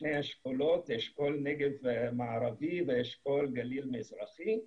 שני אשכולות, אשכול נגב מערבי ואשכול גליל מזרחי,